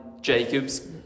jacobs